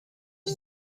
die